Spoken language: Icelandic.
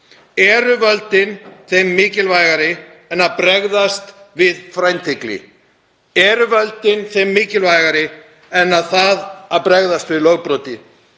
Eru völdin þeim mikilvægari en að bregðast við frændhygli? Eru völdin þeim mikilvægari en að bregðast við lögbroti?